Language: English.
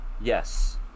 yes